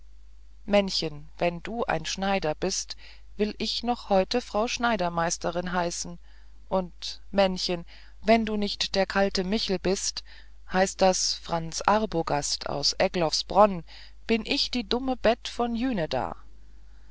männchen wenn du ein schneider bist will ich noch heut frau schneidermeisterin heißen und männchen wenn du nicht der kalte michel bist heißt das franz arbogast aus egloffsbronn bin ich die dumme beth von